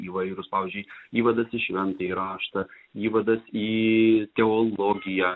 įvairūs pavyzdžiui įvadas į šventąjį raštą įvadas į teologiją